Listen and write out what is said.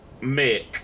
Mick